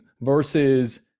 versus